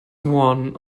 one